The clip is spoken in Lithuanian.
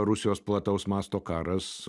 rusijos plataus masto karas